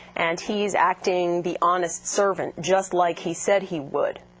and he's acting the honest servant, just like he said he would.